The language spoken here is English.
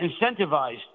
incentivized